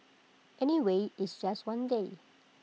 anyway it's just one day